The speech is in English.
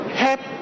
help